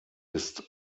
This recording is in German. ist